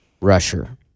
rusher